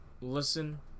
Listen